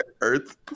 Earth